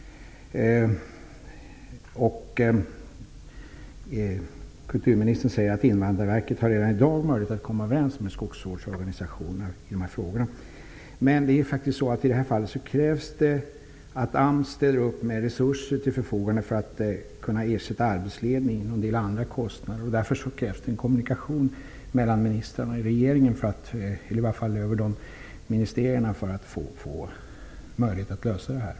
Kulturministern säger att Invandrarverket redan i dag har möjlighet att komma överens med skogsvårdsorganisationerna i dessa frågor. Men i detta fall krävs det faktiskt att AMS ställer resurser till förfogande för att ersätta arbetsledningen och en del andra kostnader. Därför krävs det kommunikation mellan ministrarna i regeringen, eller i varje fall mellan ministerierna, för att problemet skall kunna lösas.